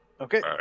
Okay